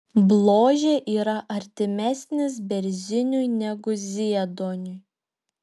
bložė yra artimesnis berziniui negu zieduoniui